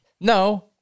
No